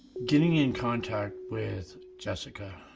getting in contact with jessica